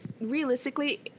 Realistically